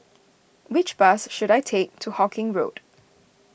which bus should I take to Hawkinge Road